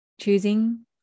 Choosing